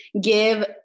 give